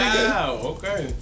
okay